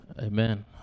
Amen